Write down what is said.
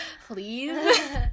please